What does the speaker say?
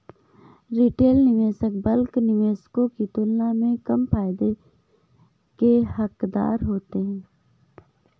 retail निवेशक bulk निवेशकों की तुलना में कम फायदे के हक़दार होते हैं